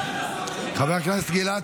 חבר הכנסת גלעד